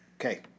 okay